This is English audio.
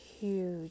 huge